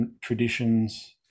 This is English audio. traditions